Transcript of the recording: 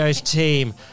team